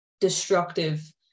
destructive